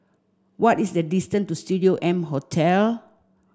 what is the distance to Studio M Hotel